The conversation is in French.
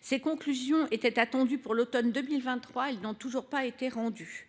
Ses conclusions, qui étaient attendues pour l’automne 2023, n’ont toujours pas été rendues.